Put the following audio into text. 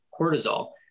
cortisol